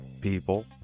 people